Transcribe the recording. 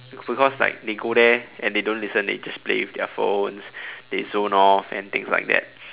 because like they go there and they don't listen they just play with their phones they zone off and things like that